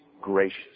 gracious